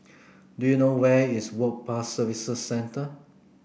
do you know where is Work Pass Services Centre